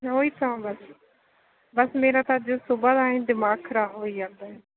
ਉਹ ਹੀ ਤਾਂ ਬਸ ਬਸ ਮੇਰਾ ਤਾਂ ਅੱਜ ਸੁਬਹਾ ਦਾ ਐਂ ਦਿਮਾਗ ਖ਼ਰਾਬ ਹੋਈ ਜਾਂਦਾ ਆ